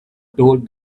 told